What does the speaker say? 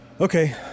Okay